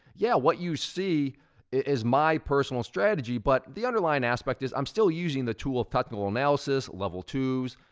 yeah, what you see is my personal strategy, but the underlying aspect is i'm still using the tool of technical analysis level twos,